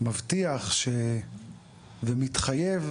ומבטיח ומתחייב,